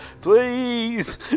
Please